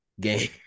game